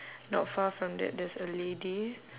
not far from that there's a lady